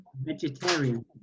Vegetarian